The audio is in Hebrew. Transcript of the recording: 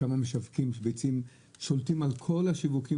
שכמה משווקי ביצים שולטים על כל השיווקים